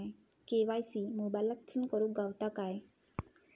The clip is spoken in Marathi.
के.वाय.सी मोबाईलातसून करुक गावता काय?